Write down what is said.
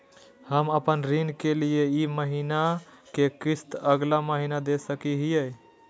हम अपन ऋण के ई महीना के किस्त अगला महीना दे सकी हियई?